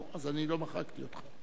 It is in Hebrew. נו, אז אני לא מחקתי אותך.